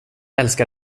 älskar